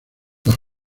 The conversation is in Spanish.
los